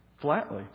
flatly